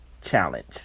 challenge